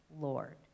Lord